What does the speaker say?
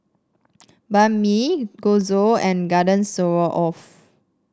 Banh Mi Chorizo and Garden Stroganoff